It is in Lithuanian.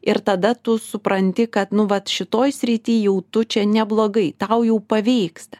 ir tada tu supranti kad nu vat šitoj srity jau tu čia neblogai tau jau pavyksta